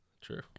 True